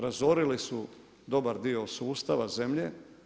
Razorili su dobar dio sustava zemlje.